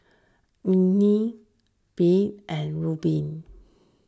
Emely Beth and Reubin